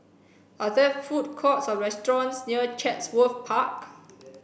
are there food courts or restaurants near Chatsworth Park